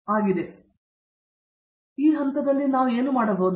ಆದ್ದರಿಂದ ಈ ಹಂತದಲ್ಲಿ ನಾವು ಏನು ಮಾಡೋಣ